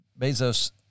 Bezos